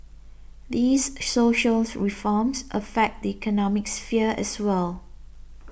these social reforms affect the economic sphere as well